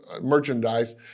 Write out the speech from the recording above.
merchandise